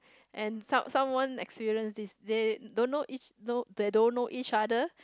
and some someone experience this they don't know each know they don't know each other